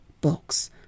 books